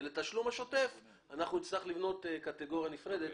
ולתשלום השוטף נצטרך לבנות קטגוריה נפרדת.